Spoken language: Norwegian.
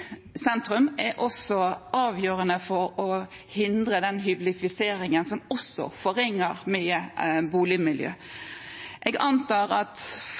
sentrum, er også avgjørende for å hindre den hyblifiseringen som også forringer boligmiljøet mye. Jeg antar at